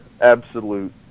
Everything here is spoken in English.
absolute